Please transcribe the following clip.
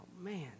man